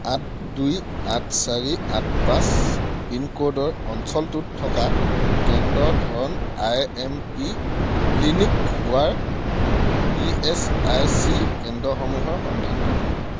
আঠ দুই আঠ চাৰি আঠ পাঁচ পিনক'ডৰ অঞ্চলটোত থকা কেন্দ্ৰৰ ধৰণ আই এম পি ক্লিনিক হোৱাৰ ই এচ আই চি কেন্দ্ৰসমূহৰ সন্ধান কৰক